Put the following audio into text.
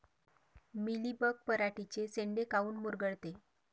Mealybug पराटीचे चे शेंडे काऊन मुरगळते?